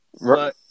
Right